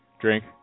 Drink